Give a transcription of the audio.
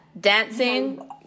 dancing